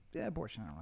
abortion